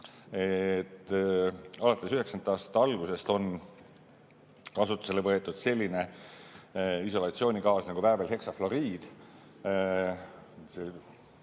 et alates 1990. aastate algusest on kasutusele võetud selline isolatsioonigaas nagu väävelheksafluoriid